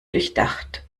durchdacht